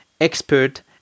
expert